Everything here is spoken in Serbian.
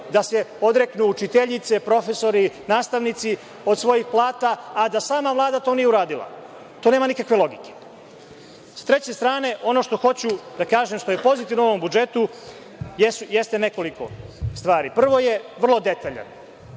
da se odreknu učiteljice, profesori, nastavnici od svojih plata, a da sama Vlada to nije uradila. To nema nikakve logike.S treće strane, ono što hoću da kažem, što je pozitivno u ovom budžetu, jeste nekoliko stvari. Prvo je da je vrlo detaljan